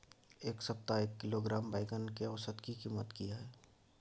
ऐ सप्ताह एक किलोग्राम बैंगन के औसत कीमत कि हय?